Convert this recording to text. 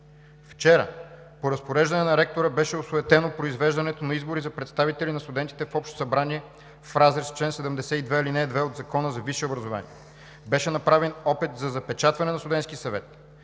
Вчера по разпореждане на ректора беше осуетено произвеждането на избори за представители на студентите в Общо събрание в разрез с чл. 72, ал. 2 от Закона за висшето образование. Беше направен опит за запечатване на Студентския съвет,